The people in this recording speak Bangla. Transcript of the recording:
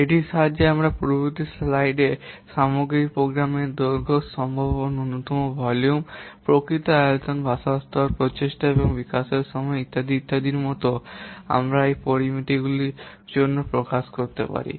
এটির সাহায্যে আমরা পূর্ববর্তী স্লাইডে সামগ্রিক প্রোগ্রামের দৈর্ঘ্য সম্ভাব্য ন্যূনতম ভলিউম প্রকৃত আয়তন ভাষার স্তর প্রচেষ্টা এবং বিকাশের সময় ইত্যাদি ইত্যাদির মতো আমরা এই পরামিতিগুলির জন্য প্রকাশ করতে পারি